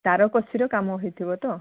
ତାରକସୀର କାମ ହେଇଥିବ ତ